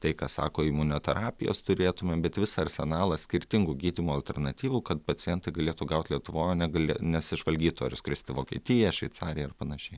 tai ką sako imunoterapijos turėtume bet visą arsenalą skirtingų gydymo alternatyvų kad pacientai galėtų gaut lietuvoj o negali nesižvalgytų ar skrist į vokietiją ar šveicariją ar panašiai